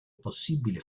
possibile